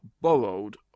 borrowed